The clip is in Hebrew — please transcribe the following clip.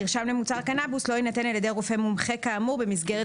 מרשם למוצר קנבוס לא יינתן על ידי רופא מומחה כאמור במסגרת